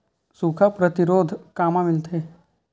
सुखा प्रतिरोध कामा मिलथे?